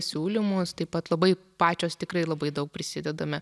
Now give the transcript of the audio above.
siūlymus taip pat labai pačios tikrai labai daug prisidedame